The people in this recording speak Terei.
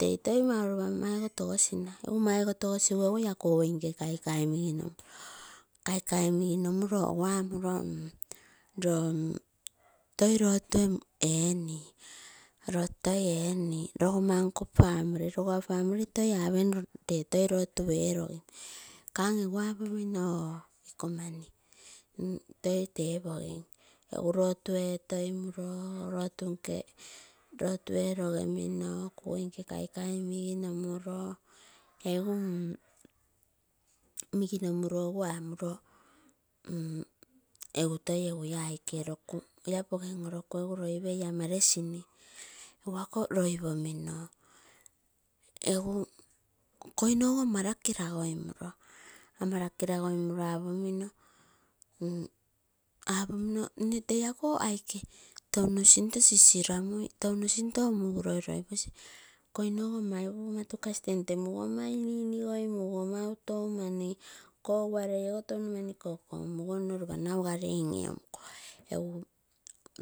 Tei toi mauropa maigo toposina maigo tokosigu egu iaa kugui nke kaikai miginomuro egu amuroo loo toi lotue eenim, lotu toi enii rogoa nko family. Rogoa family toi apem nere toi lotu enim kamo egu epogim oo ako mani toi tepogim, egu lotuetomuro lotu nke, lotu erogemino, kugui nke kaikai miginomurilo egu amuro egu toi laa popen orokuu loipei laa merasini. Egu akoo loi pominoo, egu koino ogo ama rakilai goi murou, ama rakiragoimuro apomino nnetei ako aike touno sinto sisiramuguine touno sinto omuigu loiloi posi koini go mai ama. Mokina temtemmugu ama ini inigou muguo mautou mani, kogualei ogo touno mani kokomu guo nno ropa naugalei lolomuguo. Egu